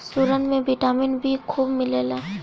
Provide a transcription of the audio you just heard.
सुरन में vitamin B खूब मिलेला